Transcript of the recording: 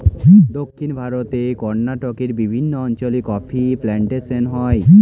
দক্ষিণ ভারতে কর্ণাটকের বিভিন্ন অঞ্চলে কফি প্লান্টেশন হয়